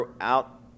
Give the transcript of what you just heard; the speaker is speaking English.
out